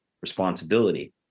responsibility